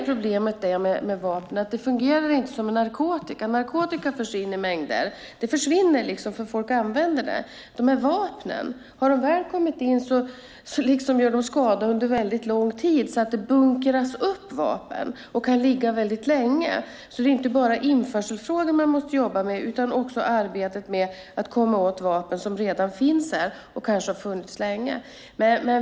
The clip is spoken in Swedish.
Problemet med vapen är att de inte fungerar som narkotika. Narkotikan förs in i mängder, och den försvinner därför att folk använder den. När vapnen väl har kommit in gör de skada under lång tid. Vapen bunkras upp och kan ligga väldigt länge. Det är alltså inte bara införselfrågan man måste jobba med utan också arbetet med att komma åt vapen som redan finns här och kanske har funnits länge.